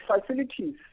facilities